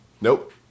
Nope